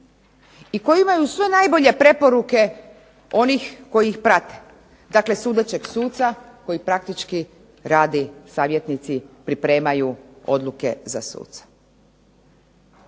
I koji imaju sve najbolje preporuke onih koji ih prate. Dakle, sudećeg suca koji praktički radi, savjetnici pripremaju odluke za suca.